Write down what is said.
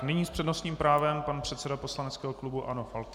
Nyní s přednostním právem pan předseda poslaneckého klubu ANO Faltýnek.